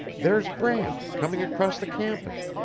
there's brant, coming across the campus.